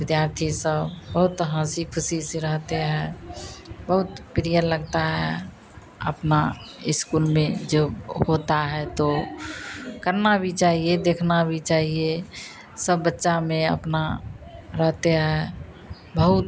विद्यार्थी सब बहुत हँसी खुशी से रहते हैं बहुत प्रिय लगता है अपना स्कूल में जो होता है तो करना भी चाहिए देखना भी चाहिए सब बच्चा में अपना रहते हैं बहुत